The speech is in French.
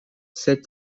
ces